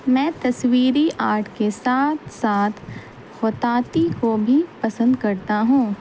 میں تصویری آرٹ کے ساتھ ساتھ خططی کو بھی پسند کرتا ہوں